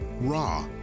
raw